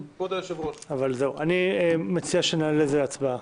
אני מציע שנעל את זה להצבעה.